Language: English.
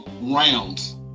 rounds